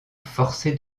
forcés